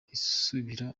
isubira